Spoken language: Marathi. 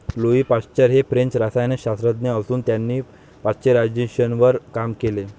लुई पाश्चर हे फ्रेंच रसायनशास्त्रज्ञ असून त्यांनी पाश्चरायझेशनवर काम केले